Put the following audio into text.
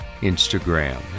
Instagram